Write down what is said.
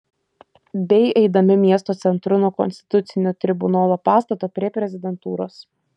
bei eidami miesto centru nuo konstitucinio tribunolo pastato prie prezidentūros